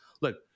Look